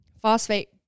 phosphate